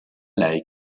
lei